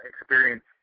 experience